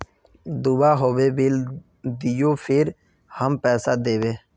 दूबा होबे बिल दियो फिर हम पैसा देबे?